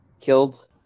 killed